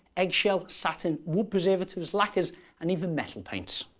eggshell, satin, wood preservatives, lacquers and even metal paints.